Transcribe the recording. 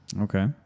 Okay